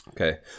Okay